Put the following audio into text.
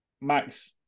Max